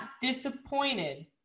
disappointed